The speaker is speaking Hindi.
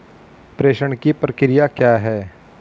प्रेषण की प्रक्रिया क्या है?